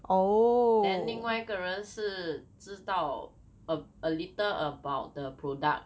then 另外一个人是知道 a a little about the product